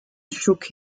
shook